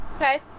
Okay